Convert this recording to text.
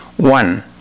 One